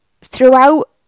throughout